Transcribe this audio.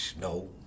No